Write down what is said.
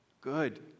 good